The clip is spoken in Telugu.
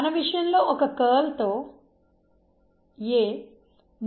A A